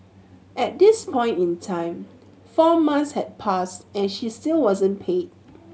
at this point in time four months had passed and she still wasn't paid